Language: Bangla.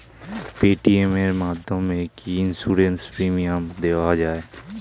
পেটিএম এর মাধ্যমে কি ইন্সুরেন্স প্রিমিয়াম দেওয়া যায়?